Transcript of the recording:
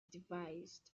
devised